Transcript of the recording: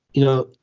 you know,